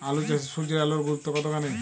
আলু চাষে সূর্যের আলোর গুরুত্ব কতখানি?